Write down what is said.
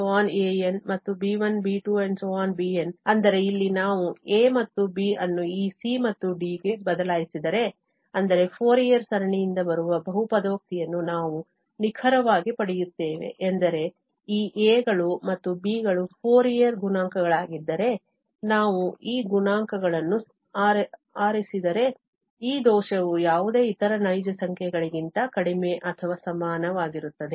bN ಅಂದರೆ ಇಲ್ಲಿ ನಾವು a ಮತ್ತು b ಅನ್ನು ಈ c ಮತ್ತು d ಗೆ ಬದಲಾಯಿಸಿದರೆ ಅಂದರೆ ಫೋರಿಯರ್ ಸರಣಿಯಿಂದ ಬರುವ ಬಹುಪದೋಕ್ತಿಯನ್ನು ನಾವು ನಿಖರವಾಗಿ ಪಡೆಯುತ್ತೇವೆ ಎಂದರೆ ಈ a ಗಳು ಮತ್ತು b ಗಳು ಫೋರಿಯರ್ ಗುಣಾಂಕಗಳಾಗಿದ್ದರೆ ನಾವು ಈ ಗುಣಾಂಕಗಳನ್ನು ಆರಿಸಿದರೆ ಈ ದೋಷವು ಯಾವುದೇ ಇತರ ನೈಜ ಸಂಖ್ಯೆಗಳಿಗಿಂತ ಕಡಿಮೆ ಅಥವಾ ಸಮಾನವಾಗಿರುತ್ತದೆ